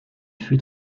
fut